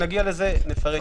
נגיע לזה ונפרט.